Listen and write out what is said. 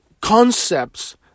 concepts